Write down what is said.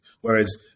whereas